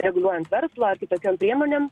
reguliuojant verslą ar tai tokiom priemonėm